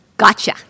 gotcha